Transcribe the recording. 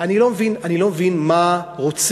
אני לא מבין מה רוצים.